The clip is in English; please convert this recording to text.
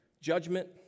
Judgment